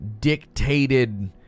dictated